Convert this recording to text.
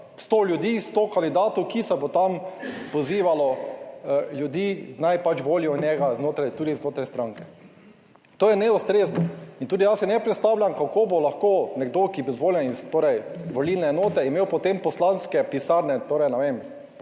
sto ljudi, sto kandidatov, ki se bo tam pozivalo ljudi, naj pač volijo njega znotraj, tudi znotraj stranke. To je neustrezno. In tudi jaz si ne predstavljam, kako bo lahko nekdo, ki bo izvoljen iz torej volilne enote, imel potem poslanske pisarne, torej ne vem,